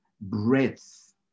breadth